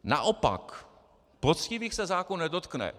Naopak, poctivých se zákon nedotkne.